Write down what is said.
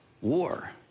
war